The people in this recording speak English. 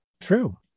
True